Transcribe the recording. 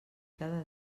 cada